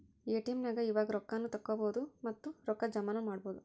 ATM ನ್ಯಾಗ್ ಇವಾಗ ರೊಕ್ಕಾ ನು ತಗ್ಸ್ಕೊಬೊದು ಮತ್ತ ರೊಕ್ಕಾ ಜಮಾನು ಮಾಡ್ಬೊದು